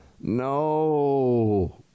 No